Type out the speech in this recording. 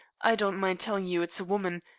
i don't mind telling you it's a woman,